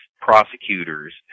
prosecutors